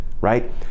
right